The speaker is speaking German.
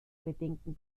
bedenken